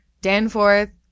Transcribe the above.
Danforth